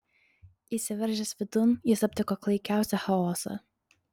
įsiveržęs vidun jis aptiko klaikiausią chaosą